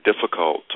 difficult